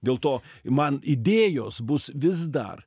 dėl to man idėjos bus vis dar